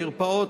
מרפאות,